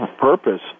purpose